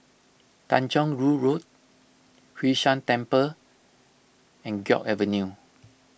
Tanjong Rhu Road Hwee San Temple and Guok Avenue